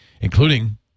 including